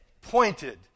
pointed